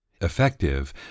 effective